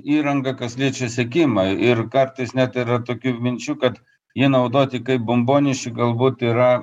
įrangą kas liečia sekimą ir kartais net yra tokių minčių kad jį naudoti kaip bombonešį galbūt yra